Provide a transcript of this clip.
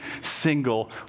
single